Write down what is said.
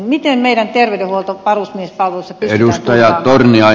miten meidän terveydenhuolto varusmiespalvelussa pystytään turvaamaan